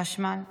החשמל והמים,